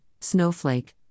snowflake